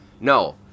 No